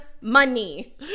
money